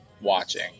watching